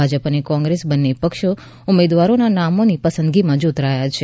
ભાજપ અને કોંગ્રેસ બંને પક્ષો ઉમેદવારોના નામોની પસંદગીમાં જોતરાયા છે